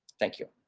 thank you.